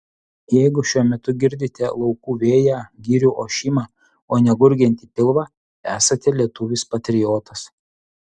jeigu šiuo metu girdite laukų vėją girių ošimą o ne gurgiantį pilvą esate lietuvis patriotas